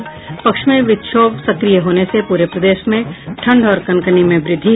और पश्चिमी विक्षोभ सक्रिय होने से पूरे प्रदेश में ठंड और कनकनी में वृद्धि